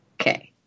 Okay